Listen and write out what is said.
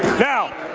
now,